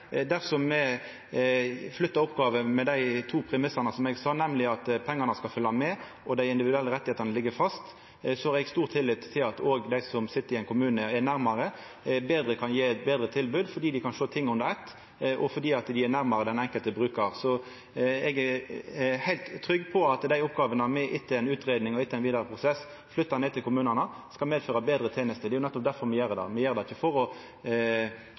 Dersom me flyttar oppgåver med dei to premissane som eg sa, nemleg at pengane skal følgja med, og at dei individuelle rettane ligg fast, har eg stor tillit til at dei som sit i ein kommune og er nærmare, kan gje eit betre tilbod, fordi dei kan sjå ting under eitt, og fordi dei er nærmare den enkelte brukaren. Så eg er heilt trygg på at dei oppgåvene me etter ei utgreiing og etter ein vidare prosess flyttar ned til kommunane, skal medføra betre tenester. Det er nettopp derfor me gjer det. Me gjer det ikkje for gøy; me gjer det for å